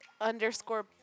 underscore